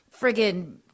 friggin